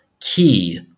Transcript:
key